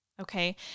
Okay